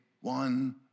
one